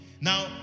Now